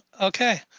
okay